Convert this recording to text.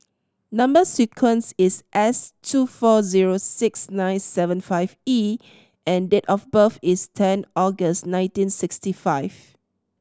number sequence is S two four zero six nine seven five E and date of birth is ten August nineteen sixty five